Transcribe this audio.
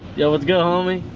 yeah let's go, homey.